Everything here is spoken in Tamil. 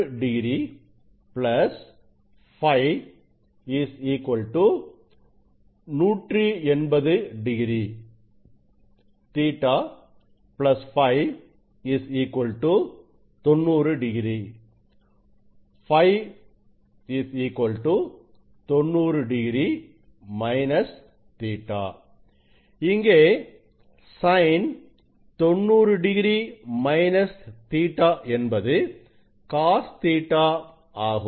Ɵ 90 º Φ 180 º Ɵ Φ 90 º Φ 90 º Ɵ இங்கே Sin90º Ɵ என்பது CosƟ ஆகும்